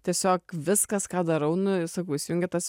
tiesiog viskas ką darau nu sakau įsijungia tas